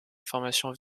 information